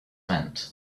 meant